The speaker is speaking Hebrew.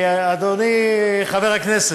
אדוני, חבר הכנסת,